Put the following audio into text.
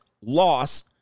Loss